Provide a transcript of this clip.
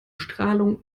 strahlung